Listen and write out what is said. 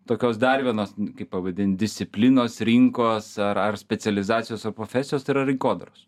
tokios dar vienos kaip pavadint disciplinos rinkos ar ar specializacijos ar profesijos tai yra rinkodaros